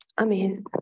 Amen